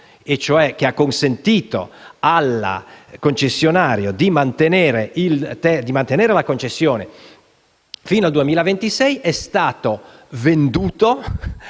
mercato, che ha consentito al concessionario di mantenere la concessione fino al 2026, è stata venduta